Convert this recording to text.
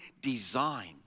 design